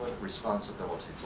responsibility